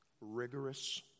rigorous